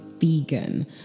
vegan